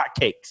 hotcakes